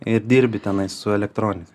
ir dirbi tenai su elektronine